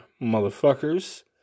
motherfuckers